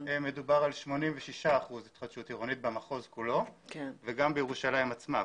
מדובר על 86 אחוזים התחדשות עירונית במחוז כולו וגם בירושלים עצמה.